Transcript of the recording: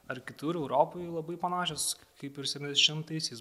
ar kitur europoj labai panašios kaip ir septyniasdešimtaisiais